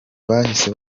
bahise